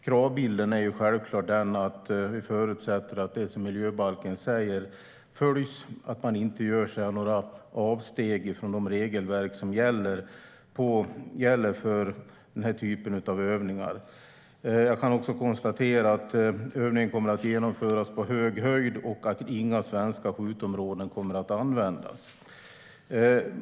Kravbilden är självklart att vi förutsätter att man följer det som sägs i miljöbalken och att man inte gör några avsteg från de regelverk som gäller för den här typen av övningar. Jag kan också konstatera att övningen kommer att genomföras på hög höjd och att inga svenska skjutområden kommer att användas.